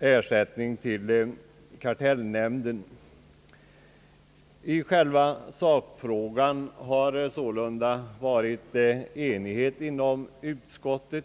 ersättning till prisoch kartellnämnden. I själva sakfrågan har det sålunda rått enighet inom utskottet.